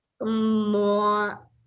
more